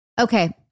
Okay